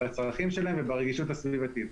בצרכים שלהם וברגישות הסביבתית.